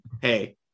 Hey